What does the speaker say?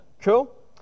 Cool